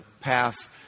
path